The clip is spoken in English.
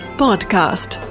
podcast